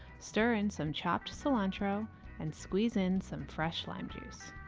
stir in some chopped cilantro and squeeze in some fresh lime juice.